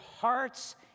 hearts